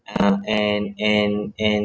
uh and and and